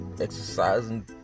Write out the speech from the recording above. Exercising